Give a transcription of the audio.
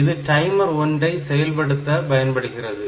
இது டைமர் 1 ஐ செயல்படுத்த பயன்படுகிறது